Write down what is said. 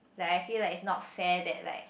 like I feel like it is not fair that like